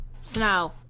Snow